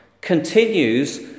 continues